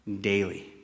daily